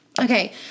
Okay